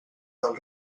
del